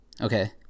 Okay